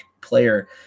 player